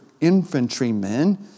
infantrymen